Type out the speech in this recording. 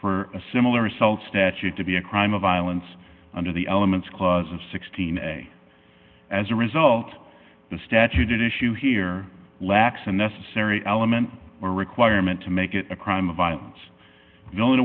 for a similar result statute to be a crime of violence under the elements clause of sixteen as a result the statute issue here lacks a necessary element or requirement to make it a crime of violence going